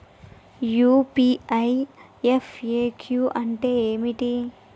UPI FAQ అంటే ఏమిటి?